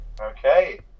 Okay